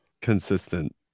consistent